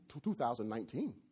2019